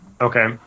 Okay